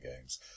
games